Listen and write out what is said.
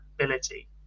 ability